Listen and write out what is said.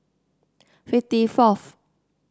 fifty fourth